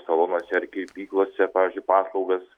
salonuose ar kirpyklose pavyzdžiui paslaugas